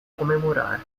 comemorar